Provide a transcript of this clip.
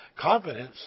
confidence